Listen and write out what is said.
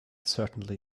certainly